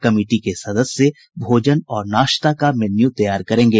committee के सदस्य भोजन और नाश्ता का मेन्यू तैयार करेंगे